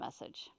message